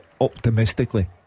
Optimistically